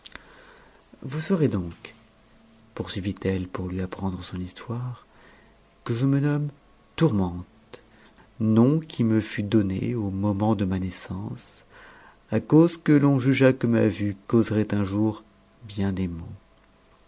vous saurez donc poursuivit elle pour lui apprendre son histoire que je me nomme tourmente nom qui me fat donné au moment de ma naissance à cause que l'on jugea que ma vue causerait un jour bien des maux